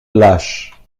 lâches